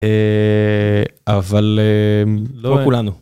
אבל לא כולנו.